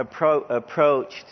approached